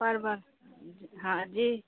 परवल जी हाँ जी